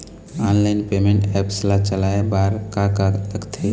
Online payment apps ला चलाए बार का का लगथे?